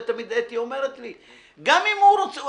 אתי תמיד אומרת לי: גם אם הוא רוצה,